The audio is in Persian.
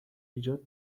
ایجاد